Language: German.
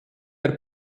der